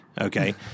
okay